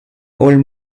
old